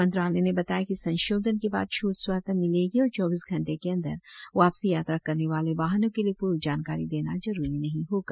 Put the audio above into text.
मंत्रालय ने बताया कि इस संशोधन के बाद छूट स्वत मिलेगी और चौबीस घंटे के अंदर वापसी यात्रा करने वाले वाहनों के लिये पूर्व जानकारी देना जरूरी नहीं होगा